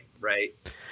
right